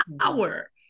power